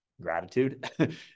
gratitude